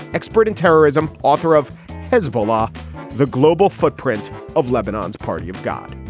expert in terrorism, author of hezbollah the global footprint of lebanon's party of god